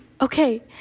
Okay